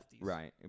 right